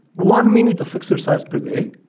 one minute of exercise per day,